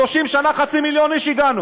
ב-30 שנה הגענו לחצי מיליון איש.